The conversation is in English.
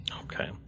Okay